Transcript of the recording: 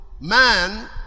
Man